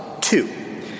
two